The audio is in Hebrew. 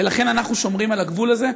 ולכן אנחנו שומרים על הגבול הזה.